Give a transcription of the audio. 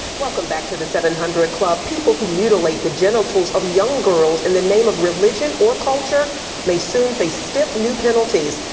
welcome back to the seven hundred club. people who mutilate the jegentiles of young girls in the name of religion or culture may soon face stiff new penalties.